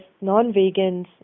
non-vegans